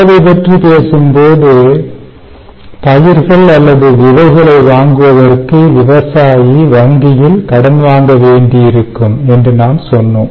சேவை பற்றி பேசும்போது பயிர்கள் அல்லது விதைகளை வாங்குவதற்கு விவசாயி வங்கியில் கடன் வாங்க வேண்டியிருக்கும் என்று நாம் சொன்னோம்